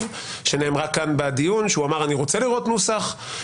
שנאמרה כאן בדיון שאמר: אני רוצה לראות נוסח.